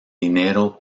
dinero